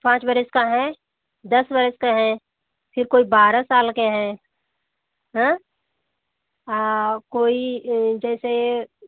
पाँच बरस का है दस बरस का है फिर कोई बारह साल के हैं और कोई जैसे